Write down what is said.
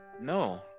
No